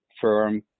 firm